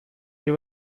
they